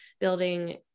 building